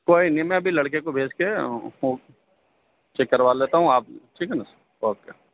کوئی نہیں میں ابھی لڑکے کو بھیج کے چیک کروا لیتا ہوں آپ ٹھیک ہے نا اوکے